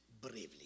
bravely